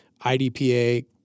IDPA